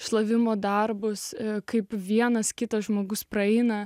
šlavimo darbus kaip vienas kitas žmogus praeina